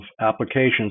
applications